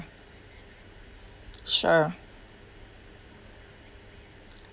sure